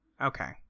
Okay